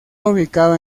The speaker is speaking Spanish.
ubicado